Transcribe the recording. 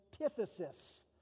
antithesis